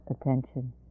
attention